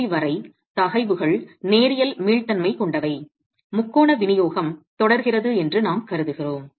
தோல்வி வரை தகைவுகள் நேரியல் மீள்தன்மை கொண்டவை முக்கோண விநியோகம் தொடர்கிறது என்று நாம் கருதுகிறோம்